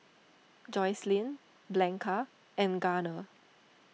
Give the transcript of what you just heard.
Joycelyn Blanca and Garner